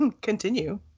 Continue